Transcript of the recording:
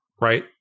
right